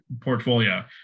portfolio